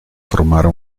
formare